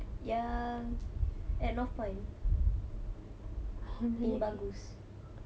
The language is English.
yang at north point ini bagus